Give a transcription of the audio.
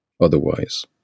otherwise